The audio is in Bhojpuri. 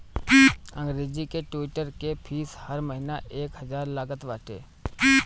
अंग्रेजी के ट्विटर के फ़ीस हर महिना एक हजार लागत बाटे